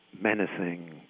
menacing